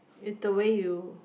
it's the way you